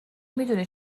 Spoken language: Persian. میدونی